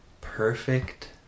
perfect